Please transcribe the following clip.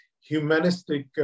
humanistic